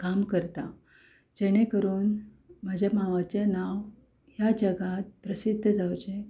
काम करतां जेणें करून म्हजें मांवाचें नांव ह्या जगांत प्रसिध्द जावचें